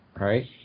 Right